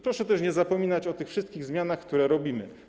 Proszę też nie zapominać o tych wszystkich zmianach, które robimy.